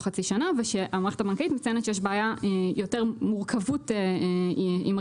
חצי שנה ושהמערכת הבנקאית מציינת שיש יותר מורכבות עם הריביות,